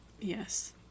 Yes